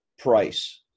price